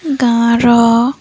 ଗାଁର